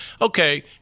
okay